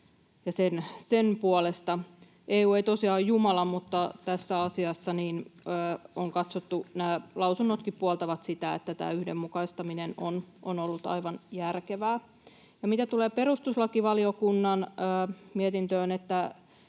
sen puolesta. EU ei tosiaan ole jumala, mutta tässä asiassa on katsottu ja nämä lausunnotkin puoltavat sitä, että tämä yhdenmukaistaminen on ollut aivan järkevää. Mitä tulee perustuslakivaliokunnan mietintöön ja